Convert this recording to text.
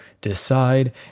decide